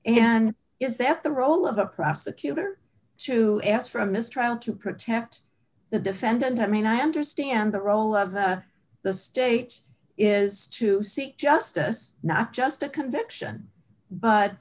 and is that the role of a prosecutor to ask for a mistrial to protect the defendant i mean i understand the role of the state is to seek justice not just a conviction but